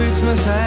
Christmas